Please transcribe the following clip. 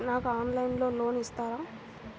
నాకు ఆన్లైన్లో లోన్ ఇస్తారా?